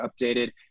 updated